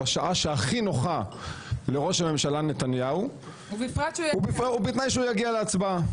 בשעה שהכי נוחה לראש הממשלה נתניהו ובתנאי שהוא יגיע להצבעה.